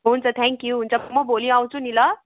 हुन्छ thank you म भोलि आउँछु नि ल